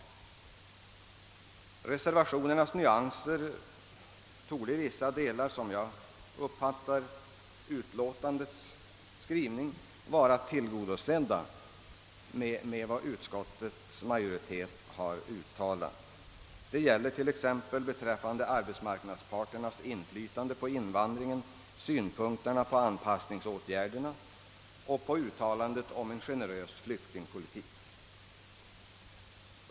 Nyanserna i reservationerna torde i vissa delar, såsom jag uppfattar utskottets skrivning, vara tillgodosedda med vad utskottets majoritet har uttalat. Det gäller t.ex. beträffande arbetsmarknadsparternas inflytande på invandringen, synpunkterna På anpassningsåtgärderna och uttalandet om en generös flyktingpolitik.